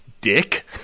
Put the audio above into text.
Dick